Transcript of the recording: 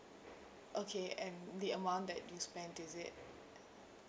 okay and the amount that you spent is it